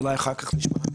אולי אחר-כך נשמע את